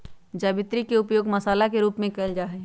जावित्री के उपयोग मसाला के रूप में कइल जाहई